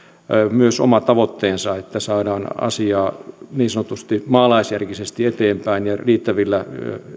myös oma tavoitteensa se että saadaan asiaa niin sanotusti maalaisjärkisesti eteenpäin ja riittävillä